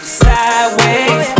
sideways